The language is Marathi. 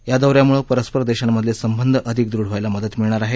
या दौ यामुळे परस्पर देधांमधले संबंध अधिक दृढ व्हायला मदत मिळणार आहे